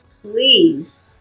please